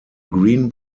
green